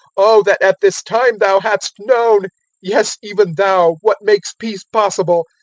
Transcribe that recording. o that at this time thou hadst known yes even thou what makes peace possible!